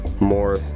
more